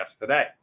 today